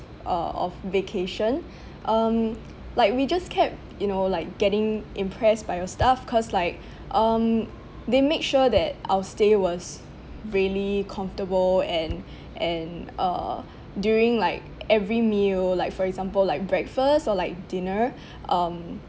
uh of vacation um like we just kept you know like getting impressed by your staff cause like um they make sure that our stay was really comfortable and and uh during like every meal like for example like breakfast or like dinner um